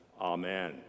Amen